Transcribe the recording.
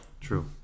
True